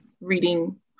reading